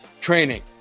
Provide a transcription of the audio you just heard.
training